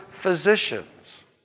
physicians